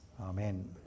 Amen